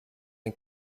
ein